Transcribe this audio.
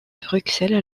bruxelles